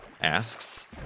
asks